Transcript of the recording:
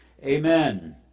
Amen